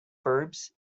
verbs